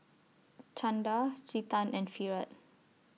Chanda Chetan and Virat